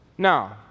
Now